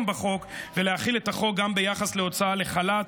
בחוק ולהחיל את החוק גם ביחס להוצאה לחל"ת,